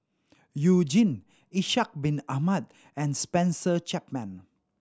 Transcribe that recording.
You Jin Ishak Bin Ahmad and Spencer Chapman